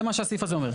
זה מה שהסעיף הזה אומר.